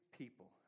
people